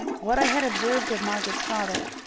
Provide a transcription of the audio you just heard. what i had observed of margaret's father,